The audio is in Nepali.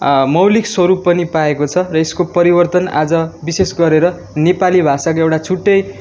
मौलिक स्वरूप पनि पाएको छ र यसको परिवर्तन आज विशेष गरेर नेपाली भाषाको एउटा छुट्टै